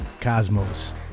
cosmos